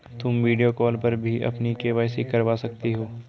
तुम video call पर भी अपनी के.वाई.सी करवा सकती हो